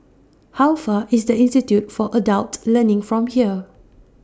How Far IS The Institute For Adult Learning from here